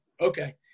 Okay